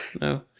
no